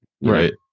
right